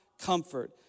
comfort